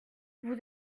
vous